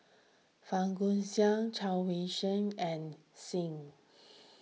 Fang Guixiang Chao Yoke San and Singh